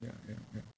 ya ya ya